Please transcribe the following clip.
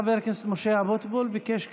גם חבר הכנסת משה אבוטבול ביקש להתנגד.